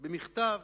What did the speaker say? במכתב